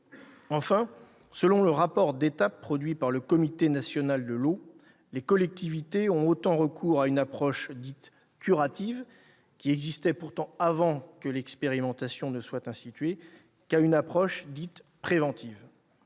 Enfin, selon le rapport d'étape élaboré par le Comité national de l'eau, les collectivités territoriales ont autant recours à une approche dite curative, qui existait avant que l'expérimentation ne soit instituée, qu'à une approche dite préventive.